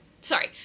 Sorry